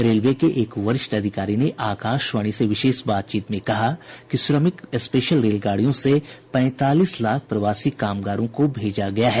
railway के एक वरिष्ठ अधिकारी ने आकाशवाणी से विशेष बातचीत में कहा कि श्रमिक स्पेशल रेलगाड़ियों से पैंतालीस लाख प्रवासी कामगारों को भेजा गया है